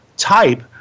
type